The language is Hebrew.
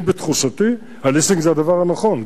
אני, בתחושתי, הליסינג זה הדבר הנכון.